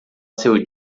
seu